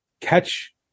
catch